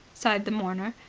sighed the mourner.